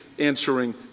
answering